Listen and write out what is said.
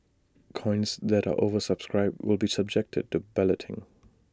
coins that are oversubscribed will be subjected to balloting